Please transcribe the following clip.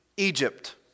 Egypt